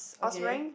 okay